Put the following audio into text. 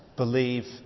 believe